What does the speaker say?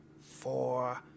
four